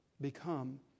become